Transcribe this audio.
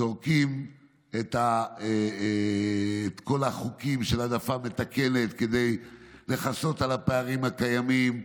זורקים את כל החוקים של העדפה מתקנת כדי לכסות על הפערים הקיימים,